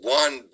one